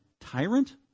tyrant